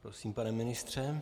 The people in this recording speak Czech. Prosím, pane ministře.